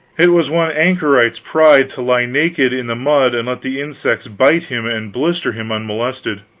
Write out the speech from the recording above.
it was one anchorite's pride to lie naked in the mud and let the insects bite him and blister him unmolested